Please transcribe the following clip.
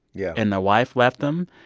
yeah. and their wife left them,